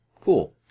Cool